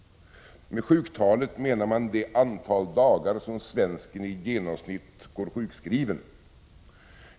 Med sjuktalet menar man det antal dagar som svensken i genomsnitt går sjukskriven.